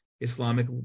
Islamic